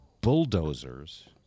bulldozers